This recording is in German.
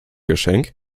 geschenk